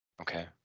Okay